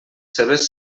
seves